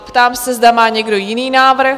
Ptám se, zda má někdo jiný návrh?